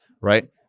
right